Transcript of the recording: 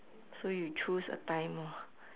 so you choose a time